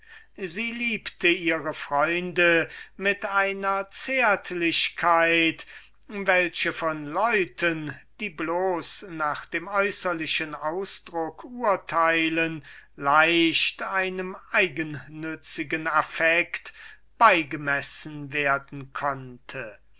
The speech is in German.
sie liebte ihre freunde mit einer zärtlichkeit welche von leuten die bloß nach dem äußerlichen ausdruck urteilen leicht einem eigennützigern affekt beigemessen werden konnte